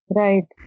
right